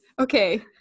Okay